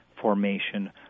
formation